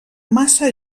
massa